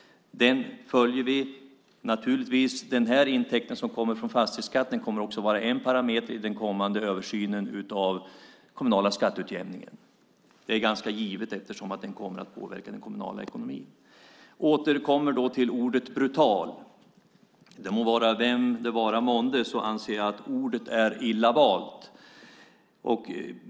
Vi följer naturligtvis detta. Även intäkten från fastighetsskatten kommer att vara en parameter i den kommande översynen av den kommunala skatteutjämningen. Det är ganska givet, eftersom den kommer att påverka den kommunala ekonomin. Jag återkommer till ordet brutal. Vem det än var som använde ordet anser jag att det var illa valt.